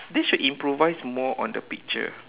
they should improvise more on the picture